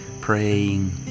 praying